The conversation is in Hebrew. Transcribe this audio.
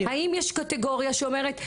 האם יש קטגוריה שאומרת,